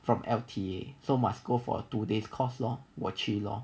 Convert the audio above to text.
from L_T_A so must go for two day course lor 我去 lor